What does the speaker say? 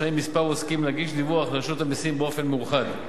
רשאים כמה עוסקים להגיש דיווח לרשות המסים באופן מאוחד,